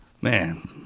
Man